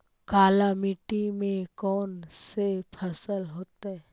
काला मिट्टी में कौन से फसल होतै?